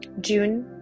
June